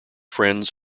friends